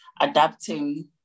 adapting